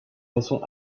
façon